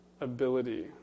Ability